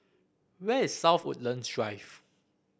where is South Woodlands Drive